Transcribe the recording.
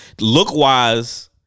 look-wise